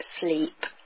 sleep